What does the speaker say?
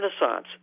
Renaissance